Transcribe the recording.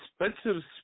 expensive